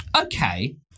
okay